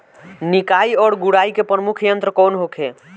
निकाई और गुड़ाई के प्रमुख यंत्र कौन होखे?